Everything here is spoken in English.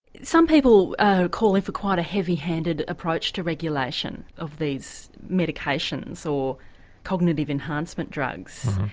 some people are calling for quite a heavy handed approach to regulation of these medications or cognitive enhancement drugs.